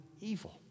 evil